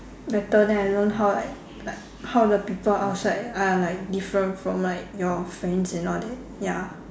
better than I learn how like like how the people outside are like different from like your friends and all that ya